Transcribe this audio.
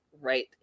right